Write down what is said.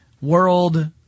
World